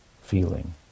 feeling